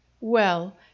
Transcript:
Well